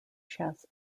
chess